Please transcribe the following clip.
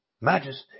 Majesty